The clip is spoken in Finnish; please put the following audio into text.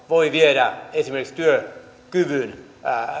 voi viedä esimerkiksi työkyvyn